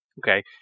okay